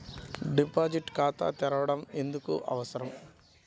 Deposit ఖాతా తెరవడం ఎందుకు అవసరం?